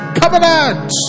covenant